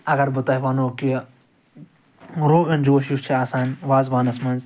اگر بہٕ تۄہہِ وَنو کہِ روغن جوش یُس چھِ آسان وازوانَس مَنٛز